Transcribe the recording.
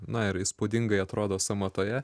na ir įspūdingai atrodo sąmatoje